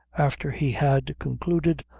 after he had concluded,